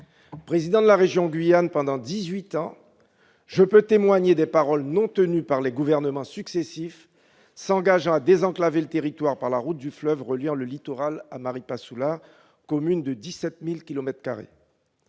Président de la région Guyane pendant dix-huit ans, je peux témoigner des paroles non tenues par les gouvernements successifs qui se sont engagés à désenclaver le territoire par la route du fleuve reliant le littoral à Maripasoula. Dans cette commune